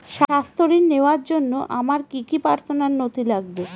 স্বাস্থ্য ঋণ নেওয়ার জন্য আমার কি কি পার্সোনাল নথি লাগবে?